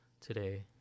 today